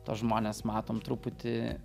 tuos žmones matom truputį